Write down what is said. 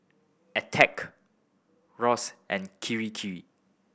Attack Roxy and Kirei Kirei